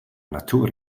natur